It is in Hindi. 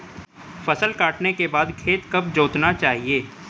फसल काटने के बाद खेत कब जोतना चाहिये?